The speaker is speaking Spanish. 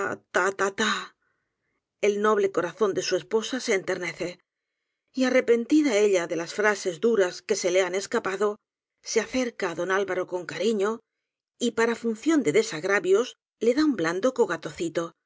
el noble corazón de su esposa se enternece y arrepentida ella de las frases duras que se le han escapado se acerca á don al varo con cariño y para función de desagravios le da un blando